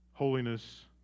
holiness